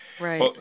Right